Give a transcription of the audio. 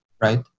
right